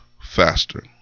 faster